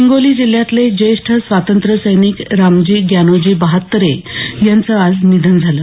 हिंगोली जिल्ह्यातले ज्येष्ठ स्वातंत्र्यसैनिक रामजी ग्यानोजी बाहात्तरे यांचं आज निधन झालं